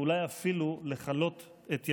ואולי אפילו לכלות את ימיה.